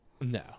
No